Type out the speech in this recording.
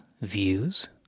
views